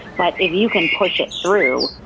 but if you can push it through.